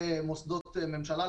למשל במוסדות ממשלה.